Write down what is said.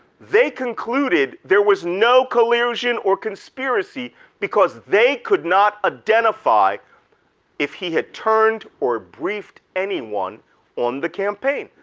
they concluded there was no collusion or conspiracy because they could not identify if he had turned or briefed anyone on the campaign.